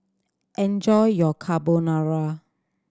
enjoy your Carbonara